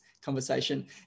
conversation